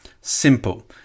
Simple